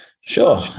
Sure